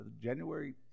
January